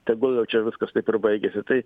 tegul jau čia viskas taip ir baigiasi tai